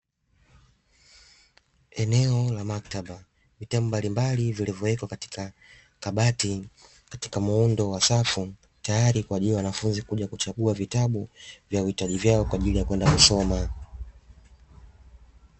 Eneo la maktaba vitabu mbalimbali vilivyowekwa katika kabati, katika muundo wa safu tayari kwa ajili ya wanafunzi kuja kuchagua vitabu vya uhitaji vyao kwa ajili ya kwenda kusoma.